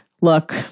Look